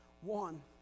One